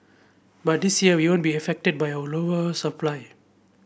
but this year we won't be affected by of lower supply